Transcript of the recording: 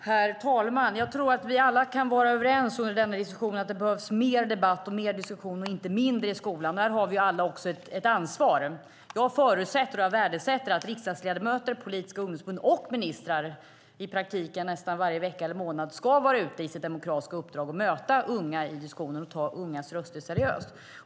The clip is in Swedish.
Herr talman! Jag tror att vi alla kan vara överens i denna diskussion om att det behövs mer debatt och mer diskussion och inte mindre i skolan. Här har vi alla ett ansvar. Jag förutsätter och jag värdesätter att riksdagsledamöter, politiska ungdomsförbund och ministrar i praktiken nästan varje vecka eller månad är ute i sitt demokratiska uppdrag och möter unga i skolorna och tar deras röster seriöst.